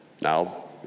now